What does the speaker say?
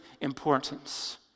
importance